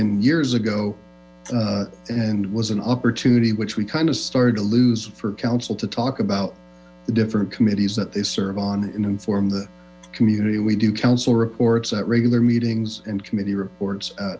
in years ago and was an opportunity which we kind of started to lose for council to talk about the different committees that they serve on and inform the mmmmuny y we do counsel reports at regular meetings and committee reports